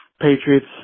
Patriots